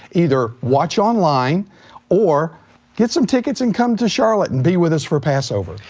either watch online or get some tickets and come to charlotte and be with us for passover.